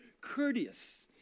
courteous